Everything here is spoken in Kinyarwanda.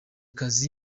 kazi